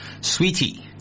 Sweetie